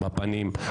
בפנים,